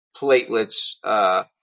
platelets